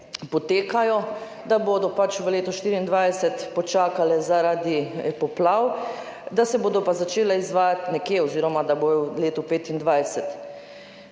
potekajo, da bodo pač v letu 2024 počakale zaradi poplav, da se bodo pa začele izvajati nekje v letu 2025.